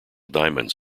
diamonds